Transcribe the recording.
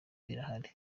birahari